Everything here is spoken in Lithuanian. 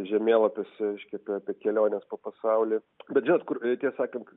žemėlapius reiškia apie keliones po pasaulį bet žinot kur tiesą sakant